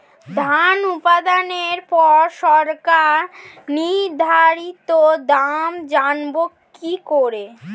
ধান উৎপাদনে পর সরকার নির্ধারিত দাম জানবো কি করে?